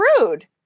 rude